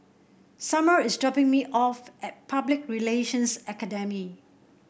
Summer is dropping me off at Public Relations Academy